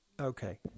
Okay